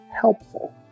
helpful